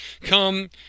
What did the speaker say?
Come